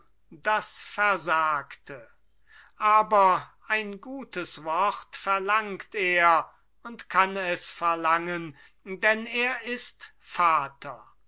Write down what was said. das versagte aber ein gutes wort verlangt er und kann es verlangen denn er ist vater